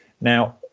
Now